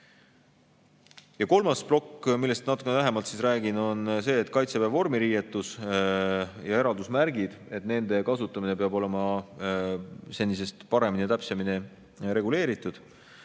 Kolmas plokk, millest natukene lähemalt räägin, on see, et Kaitseväe vormiriietuse ja eraldusmärkide kasutamine peab olema senisest paremini ja täpsemini reguleeritud.